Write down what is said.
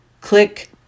click